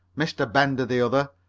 mr. bender the other,